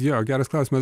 jo geras klausimas